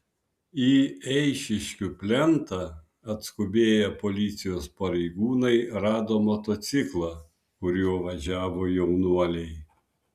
į eišiškių plentą atskubėję policijos pareigūnai rado motociklą kuriuo važiavo jaunuoliai